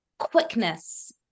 quickness